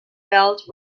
belt